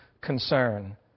concern